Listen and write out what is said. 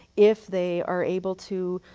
if they are able to,